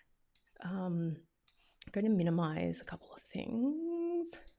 i'm going to minimise a couple of things.